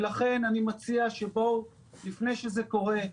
ולכן אני מציע, לפני שזה קורה,